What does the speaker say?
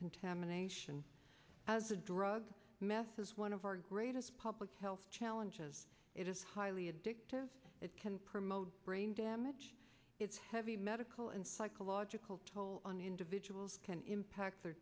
contamination as a drug messes one of our greatest public health challenges it is highly addictive it can promote brain damage it's heavy medical and psychological toll on individuals can impact their